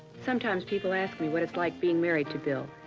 sometimes people ask me what it's like being married to bill.